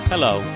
Hello